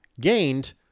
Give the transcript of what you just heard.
Gained